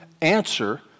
answer